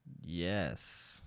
Yes